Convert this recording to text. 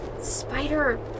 spider